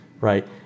Right